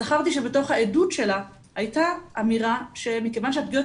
זכרתי שבתוך העדות שלה הייתה אמירה שמכיוון שהפגיעות